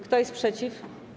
Kto jest przeciw?